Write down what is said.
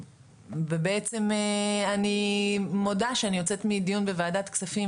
בעצם אני מודה שאני יוצאת מדיון בוועדת כספים,